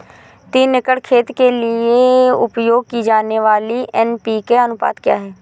तीन एकड़ खेत के लिए उपयोग की जाने वाली एन.पी.के का अनुपात क्या है?